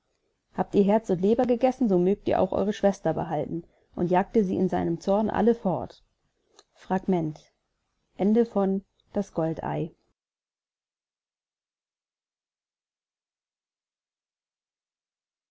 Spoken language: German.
habt ihr herz und leber gegessen so mögt ihr auch eure schwester behalten und jagte sie in seinem zorn alle fort